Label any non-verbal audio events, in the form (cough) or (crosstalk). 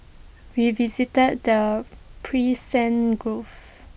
we visited the (unintelligible) gulf